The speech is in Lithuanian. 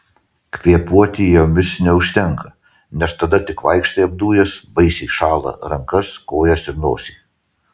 kvėpuoti jomis neužtenka nes tada tik vaikštai apdujęs baisiai šąla rankas kojas ir nosį